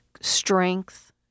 strength